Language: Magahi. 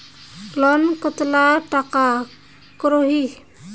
लोन कतला टाका करोही?